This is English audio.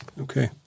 Okay